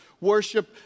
Worship